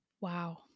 Wow